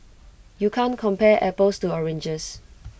you can't compare apples to oranges